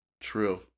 True